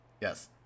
Yes